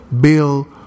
Bill